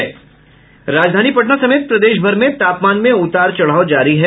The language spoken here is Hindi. राजधानी पटना समेत प्रदेशभर में तापमान में उतार चढ़ाव जारी है